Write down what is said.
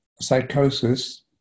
psychosis